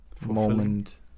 moment